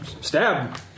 Stab